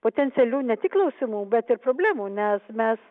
potencialių ne tik klausimų bet ir problemų nes mes